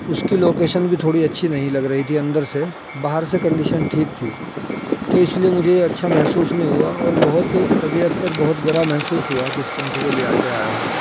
اس کی لوکیشن بھی تھوڑی اچھی نہیں لگ رہی تھی اندر سے باہر سے کنڈیشن ٹھیک تھی تو اس لیے مجھے اچھا محسوس نہیں ہوا اور بہت طبیعت پر بہت گراں محسوس ہوا کہ اس پنکھے کو لیا کے آیا ہوں میں